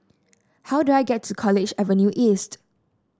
how do I get to College Avenue East